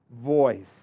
voice